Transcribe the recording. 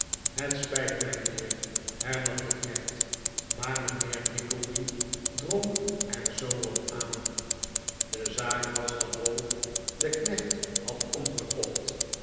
het spijt mij mijnheer hernam de knecht maar mijnheer nickleby drong er zoo op aan de zaak was dat ralph den knecht had omgekocht